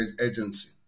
agency